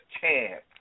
chance